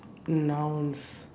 nouns